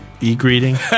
e-greeting